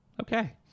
Okay